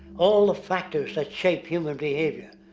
all the factors that shape human behavior.